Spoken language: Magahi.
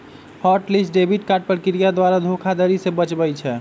हॉट लिस्ट डेबिट कार्ड प्रक्रिया द्वारा धोखाधड़ी से बचबइ छै